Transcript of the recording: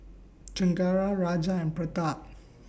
Chengara Raja and Pratap